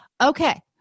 Okay